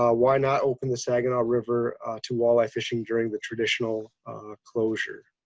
ah why not open the saginaw river to walleye fishing during the traditional closure?